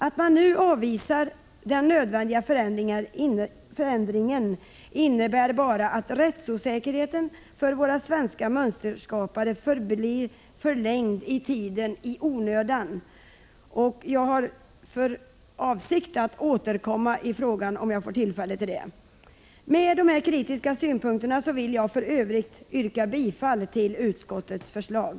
Att man nu avvisar den nödvändiga förändringen innebär bara att rättsosäkerheten för våra svenska mönsterskapare blir förlängd i tiden — i onödan. Jag har för avsikt att återkomma i frågan, om jag får tillfälle till det. Med dessa kritiska synpunkter vill jag härmed yrka bifall till utskottets förslag.